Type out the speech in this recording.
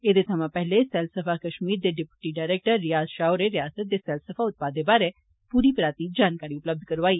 एह्दे थमां पैह्ले सैलसफा कष्मीर दे डिप्टी डायरेक्टर रियाज षाह होरें रियास्तां दे सैलसफा उत्पादें बारै पूरी पराती जानकारी उपलब्ध करोआई